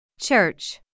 church